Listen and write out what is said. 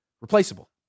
replaceable